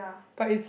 but it's